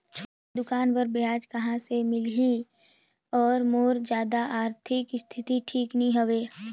छोटे दुकान बर ब्याज कहा से मिल ही और मोर जादा आरथिक स्थिति ठीक नी हवे?